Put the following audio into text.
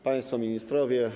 Państwo Ministrowie!